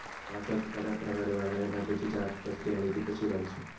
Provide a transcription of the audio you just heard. पावसात बऱ्याप्रकारे वाढणारी भाताची जात कसली आणि ती कशी लाऊची?